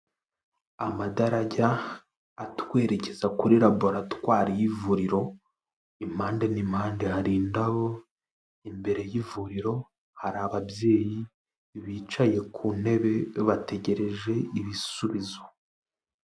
Amadarajya atwerekeza kuri laboratwari y'ivuriro, impande n'impande hari indabo, imbere y'ivuriro hari ababyeyi bicaye ku ntebe bategereje ibisubizo.